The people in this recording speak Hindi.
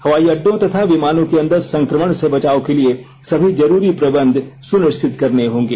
हवाई अड्डों तथा विमानों के अंदर संक्रमण से बचाव के लिए सभी जरूरी प्रबंध सुनिश्चित करने होंगे